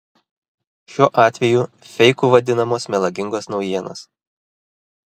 šiuo atveju feiku vadinamos melagingos naujienos